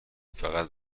فقط